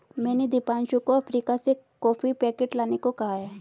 मैंने दीपांशु को अफ्रीका से कॉफी पैकेट लाने को कहा है